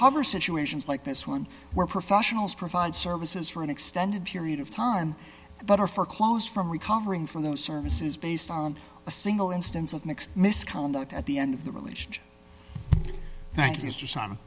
however situations like this one where professionals provide services for an extended period of time but are foreclosed from recovering from those services based on a single instance of mixed misconduct at the end of the relationship